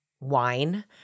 wine